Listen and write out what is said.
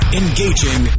engaging